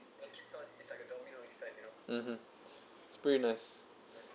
mmhmm it's pretty nice